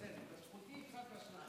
אנחנו בעד שוויון.